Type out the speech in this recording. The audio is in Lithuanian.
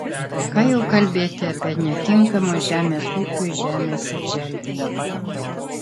ką jau kalbėti apie netinkamos žemės ūkiui žemės apželdinimą